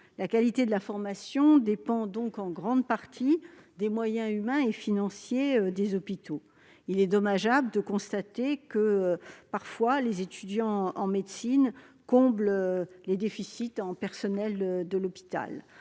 La qualité de la formation dépend donc en grande partie des moyens humains et financiers dont disposent les hôpitaux. On ne peut que le déplorer : parfois, les étudiants en médecine comblent les déficits en personnel de l'hôpital.